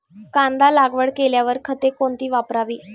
कांदा लागवड केल्यावर खते कोणती वापरावी?